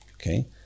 okay